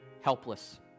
Helpless